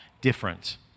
different